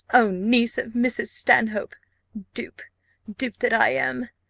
oh, niece of mrs. stanhope dupe dupe that i am!